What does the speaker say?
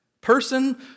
person